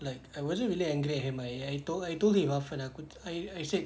like I wasn't really angry at him I I told I told him upfront aku I I said